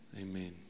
amen